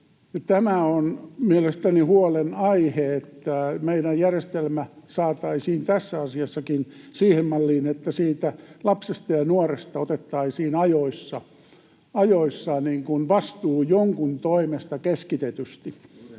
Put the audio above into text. Tämä on mielestäni huolenaihe, että meidän järjestelmä saataisiin tässäkin asiassa siihen malliin, että siitä lapsesta ja nuoresta otettaisiin ajoissa vastuu jonkun toimesta keskitetysti.